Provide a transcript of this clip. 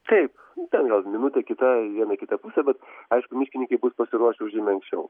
taip ten gal minutė kita į vieną į kitą pusę bet aišku miškininkai bus pasiruošę jau žymiai anksčiau